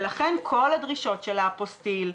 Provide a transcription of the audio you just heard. לכן כל הדרישות של האפוסטיל,